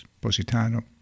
Positano